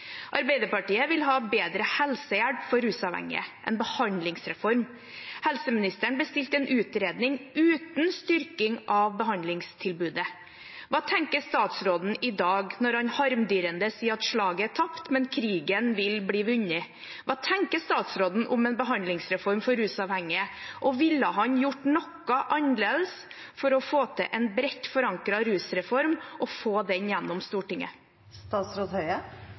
Arbeiderpartiet vil ha bedre helsehjelp for rusavhengige, en behandlingsreform. Helseministeren bestilte en utredning uten styrking av behandlingstilbudet. Hva tenker statsråden i dag når han harmdirrende sier at slaget er tapt, men at krigen vil bli vunnet? Hva tenker statsråden om en behandlingsreform for rusavhengige, og ville han gjort noe annerledes for å få til en bredt forankret rusreform og få den gjennom i Stortinget?